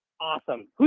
Awesome